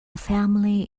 family